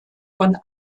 von